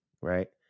right